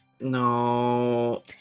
No